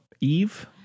eve